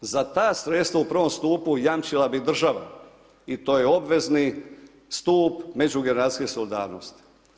Za ta sredstva u prvom stupu jamčila bi država i to je obvezni stup međugeneracijske solidarnosti.